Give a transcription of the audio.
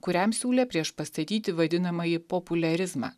kuriam siūlė priešpastatyti vadinamąjį populerizmą